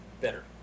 better